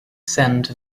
scent